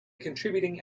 contributing